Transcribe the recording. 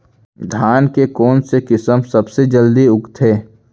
धान के कोन से किसम सबसे जलदी उगथे?